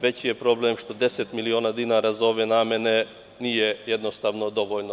Veći je problem što 10 miliona dinara za ove namene nije jednostavno dovoljno.